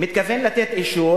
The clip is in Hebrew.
מתכוון לתת אישור,